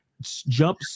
jump